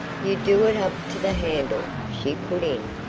you do it up to the handle, she put in.